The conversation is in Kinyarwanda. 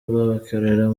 rw’abikorera